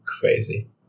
Crazy